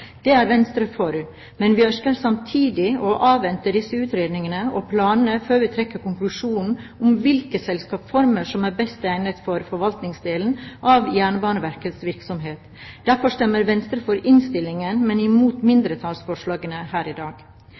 Det er Venstre for, men vi ønsker samtidig å avvente disse utredningene og planene før vi trekker konklusjonen om hvilke selskapsformer som er best egnet for forvaltningsdelen av Jernbaneverkets virksomhet. Derfor stemmer Venstre for innstillingen, men imot mindretallsforslagene her i dag.